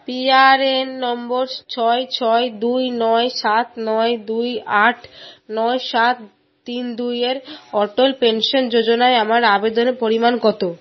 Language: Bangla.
পিআরএন নম্বর সো ছয় ছয় দুই নয় সাত নয় দুই আট নয় সাত তিন দুইয়ের অটল পেনশন যোজনায় আমার আবেদনের পরিমাণ কত